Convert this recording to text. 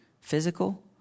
Physical